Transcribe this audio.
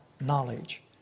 knowledge